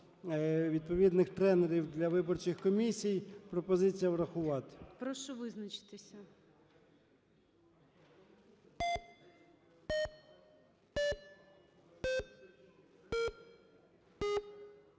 відповідних тренерів для виборчих комісій. Пропозиція врахувати. ГОЛОВУЮЧИЙ. Прошу визначитися.